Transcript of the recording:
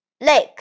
lake